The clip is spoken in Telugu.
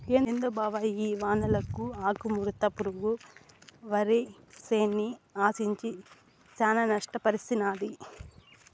ఏందో బావ ఈ వానలకు ఆకుముడత పురుగు వరిసేన్ని ఆశించి శానా నష్టపర్సినాది